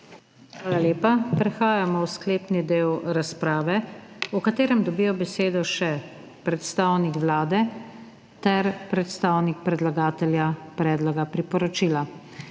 Hvala lepa. Prehajamo v sklepni del razprave, v katerem dobijo besedo še predstavnik Vlade ter predstavnik predlagatelja predloga priporočila.